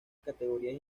categorías